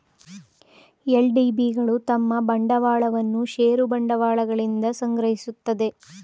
LDB ಗಳು ತಮ್ಮ ಬಂಡವಾಳವನ್ನು ಷೇರು ಬಂಡವಾಳಗಳಿಂದ ಸಂಗ್ರಹಿಸುತ್ತದೆ